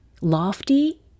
lofty